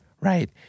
right